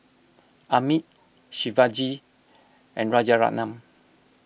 Amit Shivaji and Rajaratnam